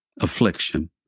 Affliction